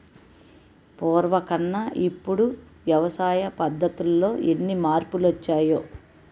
పూర్వకన్నా ఇప్పుడు వ్యవసాయ పద్ధతుల్లో ఎన్ని మార్పులొచ్చాయో